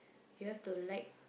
you have to like